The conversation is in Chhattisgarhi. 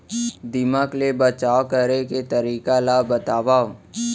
दीमक ले बचाव करे के तरीका ला बतावव?